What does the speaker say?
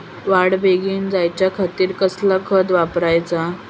वाढ बेगीन जायच्या खातीर कसला खत वापराचा?